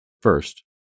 First